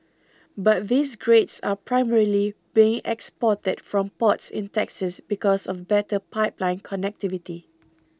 but these grades are primarily being exported from ports in Texas because of better pipeline connectivity